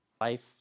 Life